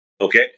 Okay